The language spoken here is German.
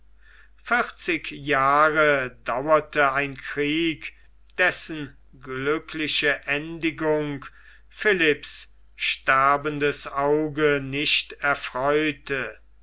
vierzig jahre dauerte ein krieg dessen glückliche endigung philipps sterbendes auge nicht erfreute